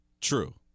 True